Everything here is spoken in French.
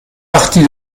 partie